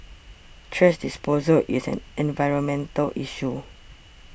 trash disposal is an environmental issue